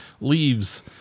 leaves